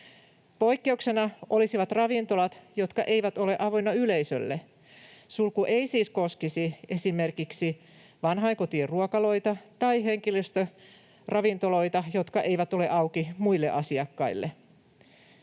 Poikkeuksena olisivat ravintolat, jotka eivät ole avoinna yleisölle; sulku ei siis koskisi esimerkiksi vanhainkotien ruokaloita tai henkilöstöravintoloita, jotka eivät ole auki muille asiakkaille.